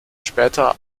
später